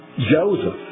Joseph